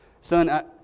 Son